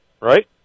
Right